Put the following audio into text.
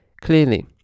Clearly